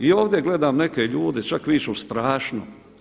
I ovdje gledam neke ljude, čak viču strašno.